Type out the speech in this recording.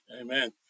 Amen